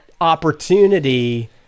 opportunity